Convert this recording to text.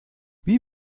wie